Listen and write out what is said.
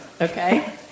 Okay